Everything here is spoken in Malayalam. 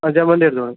ആ ജമന്തി എടുത്തോളു